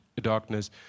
darkness